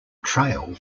trail